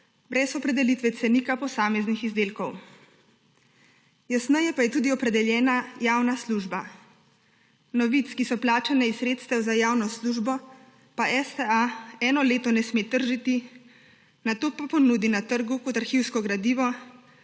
brez opredelitve cenika posameznih izdelkov. Jasneje pa je tudi opredeljena javna služba. Novic, ki so plačane iz sredstev za javno službo, pa STA eno leto ne sme tržiti, nato pa ponudi na trgu kot arhivsko gradivo,